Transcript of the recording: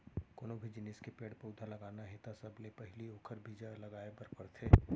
कोनो भी जिनिस के पेड़ पउधा लगाना हे त सबले पहिली ओखर बीजा लगाए बर परथे